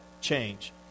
change